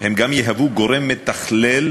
הם גם יהוו גורם מתכלל